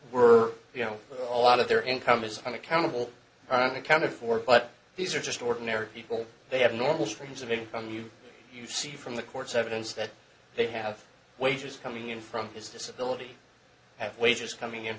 were you know a lot of their income is unaccountable right accounted for but these are just ordinary people they have normal streams of income you see from the courts evidence that they have wages coming in from his disability and wages coming in